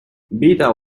beta